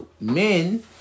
men